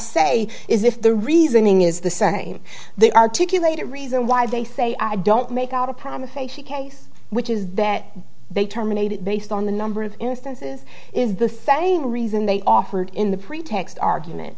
say is if the reasoning is the same they articulate a reason why they say i don't make out a promise a case which is that they terminated based on the number of instances in the thane reason they offered in the pretext argument